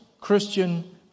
Christian